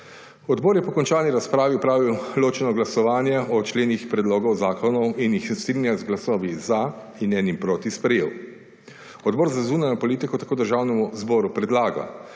Odbor je po končani razpravi opravil ločeno glasovanje o členih predlogov zakonov in jih s 13 glasovi za in 1 proti sprejel. Odbor za zunanjo politiko tako Državnem zboru predlaga,